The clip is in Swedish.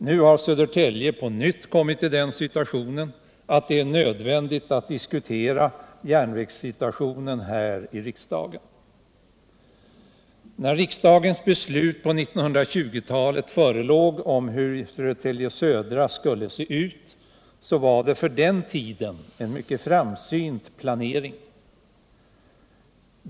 Nu har Södertälje på nytt kommit i den situationen att det är nödvändigt att diskutera frågan här i riksdagen. Riksdagens beslut på 1920-talet om hur Södertälje Södra skulle se ut innebar en för den tiden mycket framsynt planering.